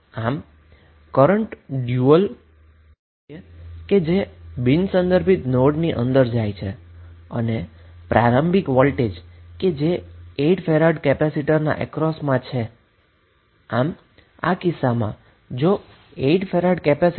તેથી ડયુઅલએ કરન્ટ હોવો જોઈએ કે જે નોન રેફેરન્સ નોડની અંદર જાય છે અને પ્રારંભિક વોલ્ટેજ કે જે 8 ફેરાડે કેપેસીટરના અક્રોસમાં છે તેના ડ્યુઅલ માટે પ્રોવિઝન હોવુ જોઇએ